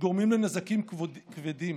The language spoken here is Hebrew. גורמים נזקים כבדים.